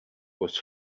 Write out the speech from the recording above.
was